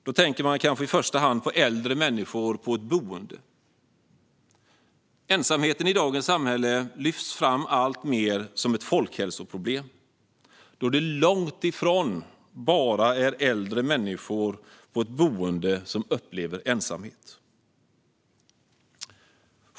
Då tänker man kanske i första hand på äldre människor på ett boende. Ensamheten i dagens samhälle lyfts fram alltmer som ett folkhälsoproblem, då det är långt ifrån endast äldre människor som upplever ensamhet.